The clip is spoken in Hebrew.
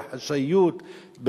בחשאיות,